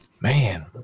Man